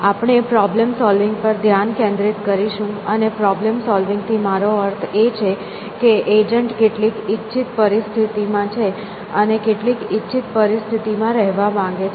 આપણે problem solving પર ધ્યાન કેન્દ્રિત કરીશું અને પ્રોબ્લેમ સોલવિંગ થી મારો અર્થ એ છે કે એજન્ટ કેટલીક ઇચ્છિત પરિસ્થિતિમાં છે અને કેટલીક ઇચ્છિત પરિસ્થિતિમાં રહેવા માંગે છે